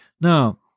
Now